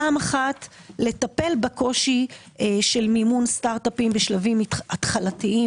פעם אחת לטפל בקושי של מימון סטארט אפים בשלבים התחלתיים.